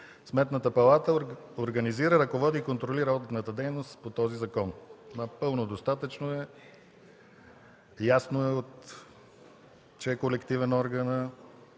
„Сметната палата организира, ръководи и контролира одитната дейност по този закон”. Напълно достатъчно е, ясно е, че органът